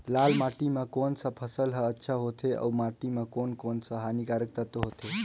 लाल माटी मां कोन सा फसल ह अच्छा होथे अउर माटी म कोन कोन स हानिकारक तत्व होथे?